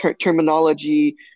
terminology